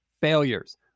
failures